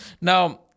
now